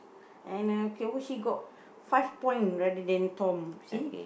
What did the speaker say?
and uh okay oh she got five point rather than Tom see